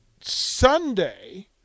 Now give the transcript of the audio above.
Sunday